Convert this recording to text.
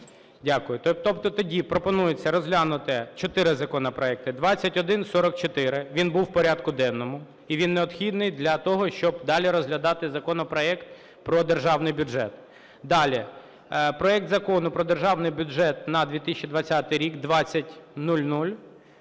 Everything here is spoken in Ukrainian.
Дякую. Тобто тоді пропонується розглянути чотири законопроекти. 2144, він був в порядку денному, і він необхідний для того, щоб далі розглядати законопроект про Державний бюджет. Далі: проект Закону про Державний бюджет на 2020 рік (2000).